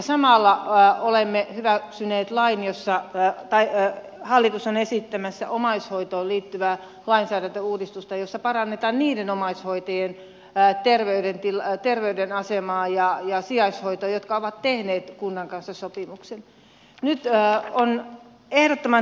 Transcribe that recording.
samalla olemme hyväksyneet lain jossa aihe hallitus on esittämässä omaishoitoon liittyvää lainsäädäntöuudistusta jossa parannetaan niiden omaishoitajien terveyden asemaa ja sijaishoitoa jotka ovat tehneet kunnan kanssa sopimuksen